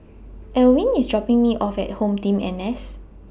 Elwyn IS dropping Me off At HomeTeam N S